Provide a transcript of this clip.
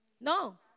No